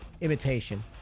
imitation